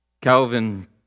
Calvin